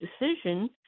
decision